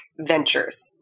Ventures